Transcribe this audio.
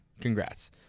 Congrats